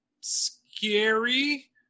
scary